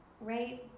Right